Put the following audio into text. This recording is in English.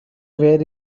where